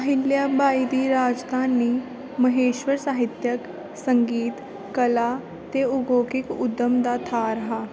अहिल्या बाई दी राजधानी महेश्वर साहित्यक संगीत कला ते औद्योगिक उद्यम दा थाह्र हा